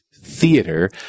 theater